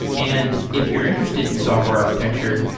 and if you're interested in software architecture,